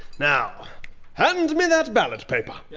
now hand me that ballot paper! yeah